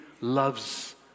loves